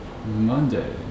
Monday